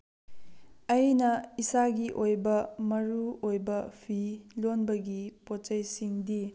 ꯑꯩꯅ ꯏꯁꯥꯒꯤ ꯑꯣꯏꯕ ꯃꯔꯨ ꯑꯣꯏꯕ ꯐꯤ ꯂꯣꯟꯕꯒꯤ ꯄꯣꯠ ꯆꯩꯁꯤꯡꯗꯤ